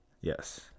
Yes